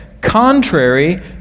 Contrary